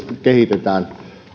kehitetään